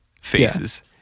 Faces